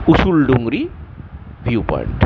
Kusul Dungri view point